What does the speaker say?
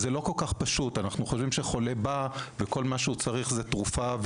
כולם חושבים שחולה בא וכל מה שהוא צריך זה תרופה,